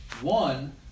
One